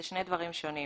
זה שני דברים שונים.